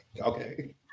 Okay